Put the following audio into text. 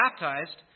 baptized